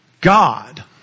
God